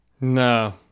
No